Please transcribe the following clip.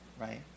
right